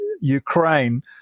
Ukraine